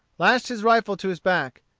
lashed his rifle to his back,